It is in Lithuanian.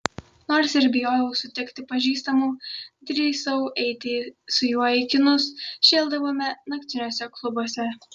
nors ir bijojau sutikti pažįstamų drįsau eiti su juo į kinus šėldavome naktiniuose klubuose